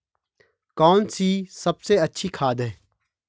कौन सी सबसे अच्छी खाद है?